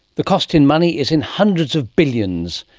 the cost in money is in hundreds of billions,